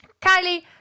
Kylie